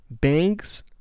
Banks